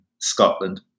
Scotland